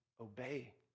obey